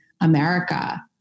america